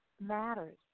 matters